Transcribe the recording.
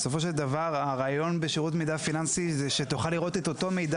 בסופו של דבר הרעיון בשירות מידע פיננסי הוא שתוכל לראות את אותו מידע